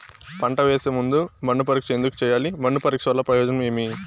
పంట వేసే ముందు మన్ను పరీక్ష ఎందుకు చేయాలి? మన్ను పరీక్ష వల్ల ప్రయోజనం ఏమి?